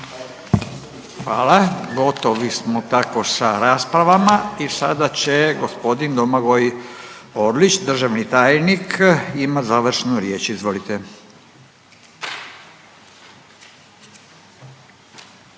Hvala. Gotovi smo tako sa raspravama i sada će gospodin Domagoj Orlić, državni tajnik ima završnu riječ. Izvolite.